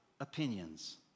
opinions